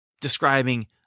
describing